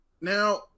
Now